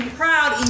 proud